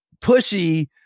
pushy